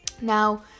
now